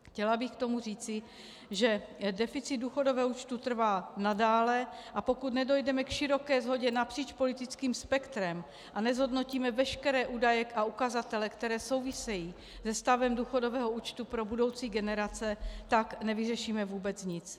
Chtěla bych k tomu říci, že deficit důchodového účtu trvá nadále, a pokud nedojdeme k široké shodě napříč politickým spektrem a nezhodnotíme veškeré údaje a ukazatele, které souvisí se stavem důchodového účtu pro budoucí generace, tak nevyřešíme vůbec nic.